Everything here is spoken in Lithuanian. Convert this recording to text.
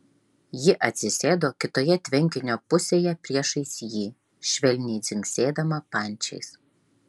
ji atsisėdo kitoje tvenkinio pusėje priešais jį švelniai dzingsėdama pančiais